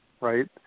right